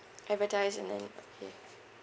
advertise and then okay